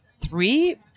three